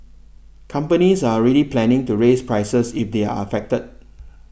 companies are already planning to raise prices if they are affected